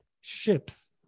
ships